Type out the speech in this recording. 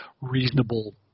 reasonable